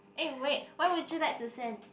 eh wait why would you like to send